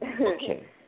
Okay